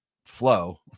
flow